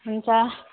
हुन्छ